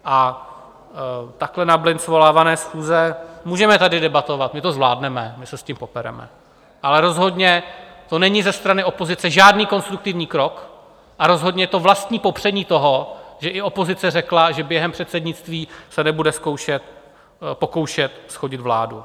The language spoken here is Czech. A takhle na blind svolávané schůze můžeme tady debatovat, my to zvládneme, my se s tím popereme, ale rozhodně to není ze strany opozice žádný konstruktivní krok, a rozhodně je to vlastní popření toho, že i opozice řekla, že během předsednictví se nebude pokoušet shodit vládu.